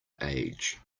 age